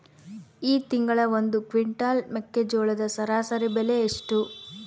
ಈ ತಿಂಗಳ ಒಂದು ಕ್ವಿಂಟಾಲ್ ಮೆಕ್ಕೆಜೋಳದ ಸರಾಸರಿ ಬೆಲೆ ಎಷ್ಟು?